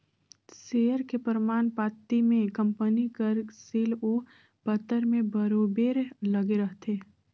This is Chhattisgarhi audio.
सेयर के परमान पाती में कंपनी कर सील ओ पतर में बरोबेर लगे रहथे